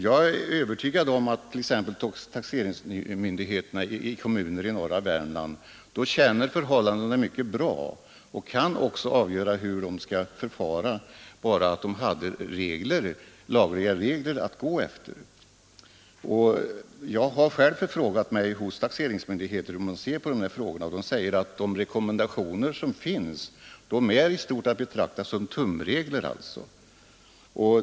Jag är övertygad om att t.ex. taxeringsmyndigheterna i kommuner i norra Värmland känner till förhållandena mycket bra och kan avgöra hur de skall förfara om de bara hade lagregler att gå efter. Jag har själv gjort förfrågan hos taxeringsmyndigheter hur de ser på dessa frågor. De säger att de rekommendationer som finns får betraktas som tumregler.